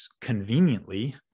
conveniently